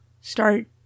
start